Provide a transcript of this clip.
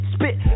Spit